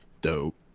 Dope